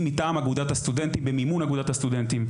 מטעם אגודת הסטודנטים ובמימון אגודת הסטודנטים.